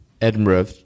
Edinburgh